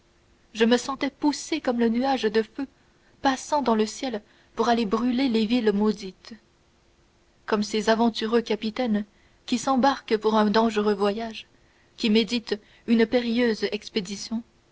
je me sentais poussé comme le nuage de feu passant dans le ciel pour aller brûler les villes maudites comme ces aventureux capitaines qui s'embarquent pour un dangereux voyage qui méditent une périlleuse expédition